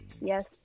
Yes